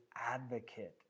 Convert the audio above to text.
advocate